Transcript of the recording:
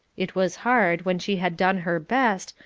it was hard, when she had done her best,